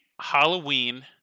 Halloween